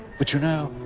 but you know,